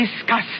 discuss